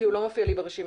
הוא לא מופיע לי ברשימה.